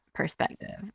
perspective